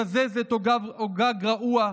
גזזת או גג רעוע,